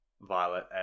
Violet